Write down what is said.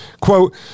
Quote